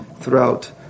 throughout